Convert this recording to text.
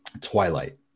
twilight